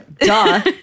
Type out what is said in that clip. Duh